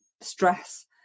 stress